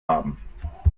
haben